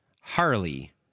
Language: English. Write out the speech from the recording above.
Harley